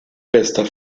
bester